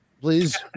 please